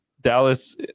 Dallas